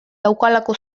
daukalako